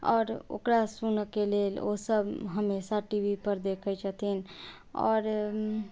आओर ओकरा सुनऽके लेल ओसब हमेशा टी वी पर देखै छथिन आओर